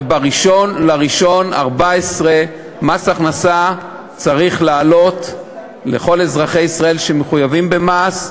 וב-1 בינואר 2014 מס הכנסה צריך לעלות לכל אזרחי ישראל שמחויבים במס,